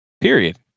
Period